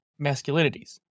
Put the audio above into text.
Masculinities